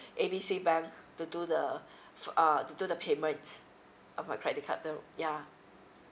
A B C bank to do the uh to do the payment of my credit card bill yeah